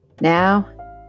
Now